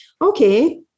okay